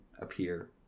appear